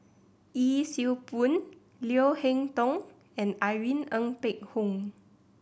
Yee Siew Pun Leo Hee Tong and Irene Ng Phek Hoong